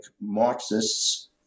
Marxists